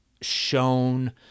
shown